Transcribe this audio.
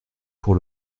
pour